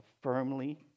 firmly